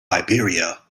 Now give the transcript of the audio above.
iberia